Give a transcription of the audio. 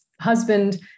husband